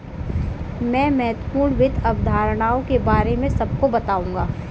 मैं महत्वपूर्ण वित्त अवधारणाओं के बारे में सबको बताऊंगा